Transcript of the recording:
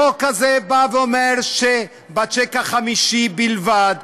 החוק הזה בא ואומר שבשיק החמישי בלבד,